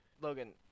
Logan